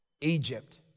Egypt